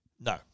No